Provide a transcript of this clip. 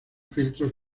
filtros